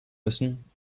müssen